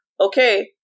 okay